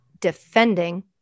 defending